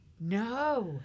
No